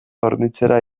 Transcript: hornitzera